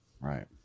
right